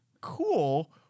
cool